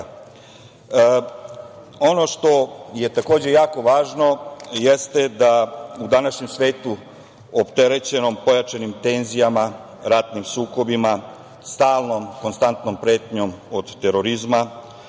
što je takođe jako važno jeste da u današnjem svetu, opterećenom pojačanim tenzijama, ratnim sukobima, stalnom, konstantnom pretnjom od terorizma,